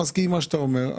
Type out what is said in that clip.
אני מסכים עם מה שאתה אומר,